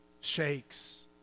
shakes